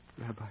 Rabbi